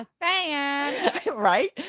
Right